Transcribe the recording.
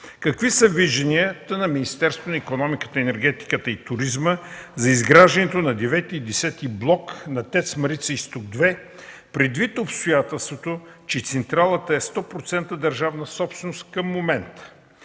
какви са вижданията на Министерството на икономиката, енергетиката и туризма за изграждането на ІХ и Х блок на ТЕЦ „Марица Изток 2” предвид обстоятелството, че централата е 100% държавна собственост към момента?